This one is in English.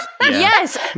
Yes